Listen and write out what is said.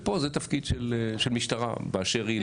ופה זה תפקיד של משטרה באשר היא לטפל.